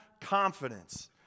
confidence